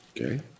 okay